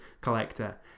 Collector